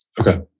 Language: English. Okay